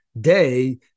day